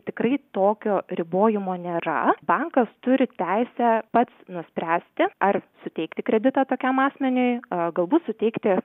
tikrai tokio ribojimo nėra bankas turi teisę pats nuspręsti ar suteikti kreditą tokiam asmeniui a galbūt suteikti